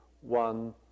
one